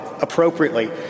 appropriately